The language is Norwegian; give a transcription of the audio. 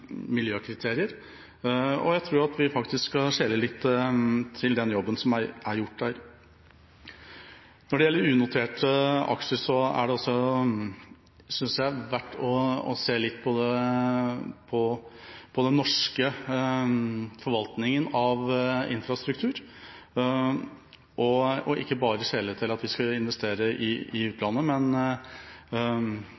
miljøkriterier. Jeg tror vi skal skjele litt til den jobben som er gjort der. Når det gjelder unoterte aksjer, er det også, synes jeg, verdt å se litt på den norske forvaltningen av infrastruktur og ikke bare skjele til at vi skal investere i utlandet. Det er mer hvordan vi skal organisere dette på hjemmebane som vi bør se litt i